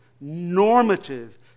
normative